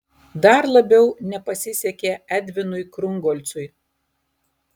dar labiau nepasisekė edvinui krungolcui